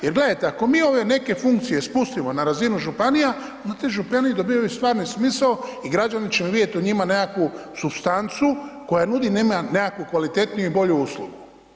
Jer gledajte ako mi ove neke funkcije spustimo na razinu županija, onda te županije dobivaju stvari smisao i građani će vidjeti u njima nekakvu supstancu koja nudi nekakvu kvalitetniju i bolju uslugu.